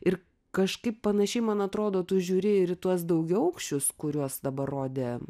ir kažkaip panašiai man atrodo tu žiūri ir į tuos daugiaaukščius kuriuos dabar rodė